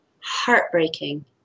heartbreaking